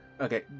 Okay